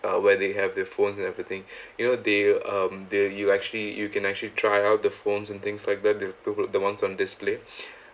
uh where they have their phones and everything you know they um they you actually you can actually try out the phones and things like that the ones on display